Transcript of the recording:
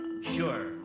Sure